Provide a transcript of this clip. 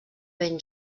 ben